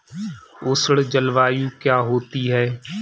उष्ण जलवायु क्या होती है?